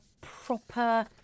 proper